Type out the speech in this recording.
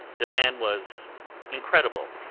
the man was incredible,